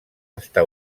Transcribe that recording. està